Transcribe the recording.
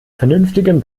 vernünftigem